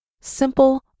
Simple